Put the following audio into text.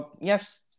Yes